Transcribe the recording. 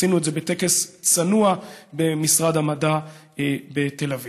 עשינו את זה בטקס צנוע במשרד המדע בתל אביב.